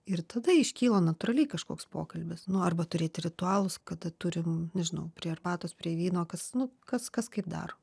ir tada iškyla natūraliai kažkoks pokalbis nu arba turėti ritualus kada turim nežinau prie arbatos prie vyno kas nu kas kas kaip daro